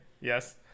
Yes